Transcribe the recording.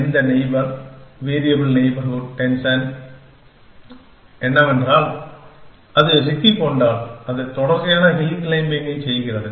எந்த neighbour variable neighbourhood descent என்னவென்றால் அது சிக்கிக்கொண்டால் அது தொடர்ச்சியான ஹில் க்ளைம்பிங்கைச் செய்கிறது